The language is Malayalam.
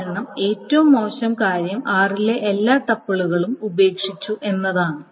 കാരണം ഏറ്റവും മോശം കാര്യം r ലെ എല്ലാ ടപ്പിളുകളും ഉപേക്ഷിച്ചു എന്നതാണ്